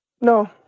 No